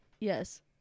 Yes